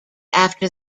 after